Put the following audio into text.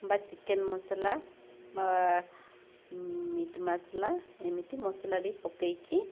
ବା ଚିକେନ୍ ମସଲା ବା ମିଟ୍ ମସଲା ଏମିତି ମସଲାଟି ପକାଇକି